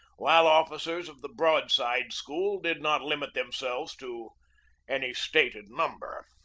while officers of the broadside school did not limit themselves to any stated number.